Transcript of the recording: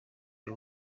byo